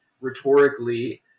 rhetorically